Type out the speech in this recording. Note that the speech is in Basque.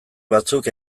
batzuk